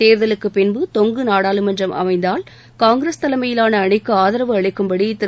தேர்தலுக்குப்பின்பு தொங்கு நாடாளுமன்றம் அமைந்தால் காங்கிரஸ் தலைமையிலான அணிக்கு ஆதரவு அளிக்கும்படி திரு